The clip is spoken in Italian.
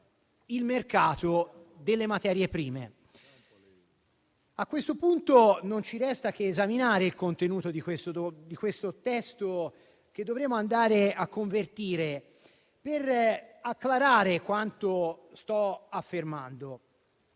il mercato delle materie prime. A questo punto non ci resta che esaminare il contenuto di questo testo che dovremo andare a convertire, per acclarare quanto sto affermando.